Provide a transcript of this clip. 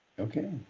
okay